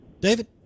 David